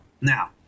now